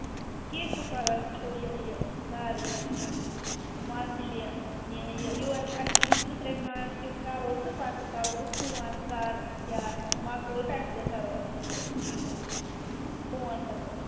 کیٚنٛہہ چھُنہٕ پَرواے وُچھو یِہَے یہِ کر یہِ مۄکلہِ یور اَسہِ چھُ ؤنہِ زٕ ترٛےٚ کامہِ تِم کرو تہٕ پَتہٕ کرو بہٕ فون کر کیٛاہ مۄکلو تَمہِ دۄہ کرو بہٕ یِمو فون کرٕ بہٕ